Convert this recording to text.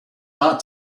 not